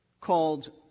called